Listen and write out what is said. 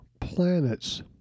planets